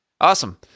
Awesome